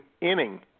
inning